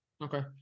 Okay